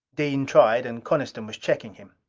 dean tried and coniston was checking him.